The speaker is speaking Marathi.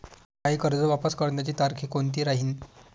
मायी कर्ज वापस करण्याची तारखी कोनती राहीन?